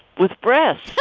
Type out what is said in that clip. with breast